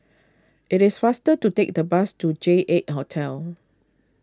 it is faster to take the bus to J eight Hotel